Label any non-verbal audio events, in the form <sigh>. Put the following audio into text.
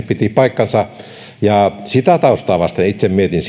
<unintelligible> piti paikkansa sitä taustaa vasten itse mietin <unintelligible>